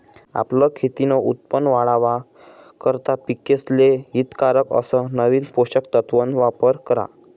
आपलं खेतीन उत्पन वाढावा करता पिकेसले हितकारक अस नवीन पोषक तत्वन वापर करा